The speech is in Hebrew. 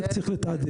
רק צריך לתעדף.